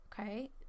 Okay